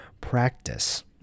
practice